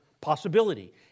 possibility